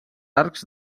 arcs